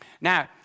Now